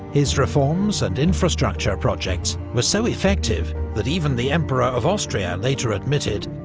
his reforms and infrastructure projects were so effective that even the emperor of austria later admitted,